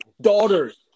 daughters